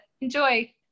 enjoy